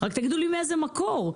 רק תגידו לי מאיזה מקור.